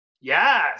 Yes